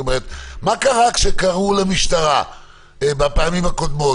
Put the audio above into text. מה קרה כשקראו למשטרה בפעמים הקודמות,